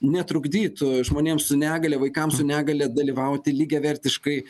netrukdytų žmonėms su negalia vaikams su negalia dalyvauti lygiavertiškai